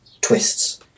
twists